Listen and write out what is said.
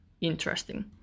interesting